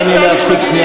מה עשיתם?